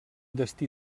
destí